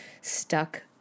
stuck